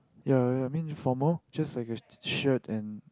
ya I mean formal just like a shirt and